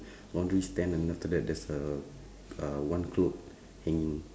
laundry stand then after there's a uh one clothe~ hanging